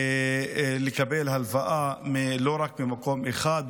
לקבל הלוואה לא רק ממקום אחד,